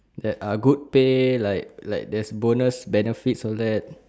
that are good pay like like there's bonus benefits all that